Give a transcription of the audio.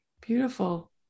beautiful